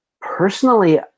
personally